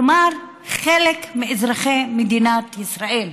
כלומר, חלק מאזרחי מדינת ישראל,